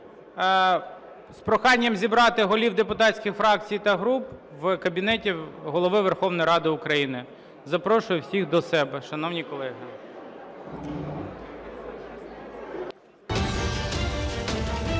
з проханням зібрати голів депутатських фракцій та груп у кабінеті Голови Верховної Ради України. Запрошую всіх до себе, шановні колеги.